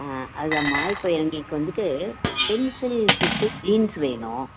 ஆ அது தாம்மா இப்போ எங்களுக்கு வந்துட்டு பென்சில் ஃபிட்டு ஜீன்ஸ் வேணும்